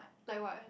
like what